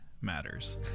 Matters